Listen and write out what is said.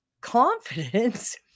confidence